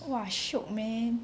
!wah! shiok man